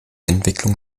entwicklung